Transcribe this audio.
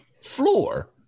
floor